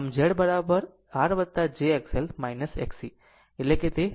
આમZ R j XL Xc એટલે કે તે R